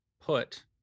put